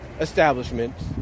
establishments